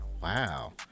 Wow